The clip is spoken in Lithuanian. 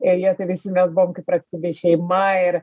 ir jie tai visi mes buvom kaip ir aktyvi šeima ir